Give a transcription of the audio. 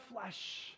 flesh